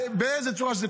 ובאיזו צורה שזה,